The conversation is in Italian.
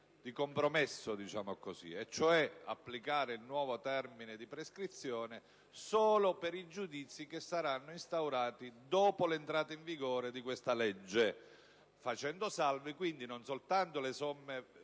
di compromesso, cioè di applicare il nuovo termine di prescrizione solo per i giudizi instaurati dopo l'entrata in vigore di questa legge, facendo salve non soltanto le somme